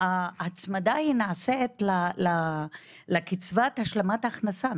ההצמדה נעשית לקצבת השלמת הכנסה,